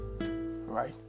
right